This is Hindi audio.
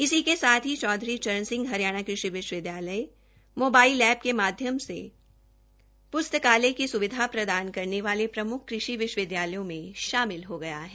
इसी के साथ ही चौधरी चरण सिंह हरियाणा कृषि विश्वविद्यालय मोबाइल एप्प के माध्यम से पुस्तकालय लाइब्रेरी की सुविधा प्रदान करने वाले प्रमुख कृषि विश्वविद्यालयों में शामिल हो गया है